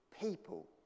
people